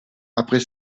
après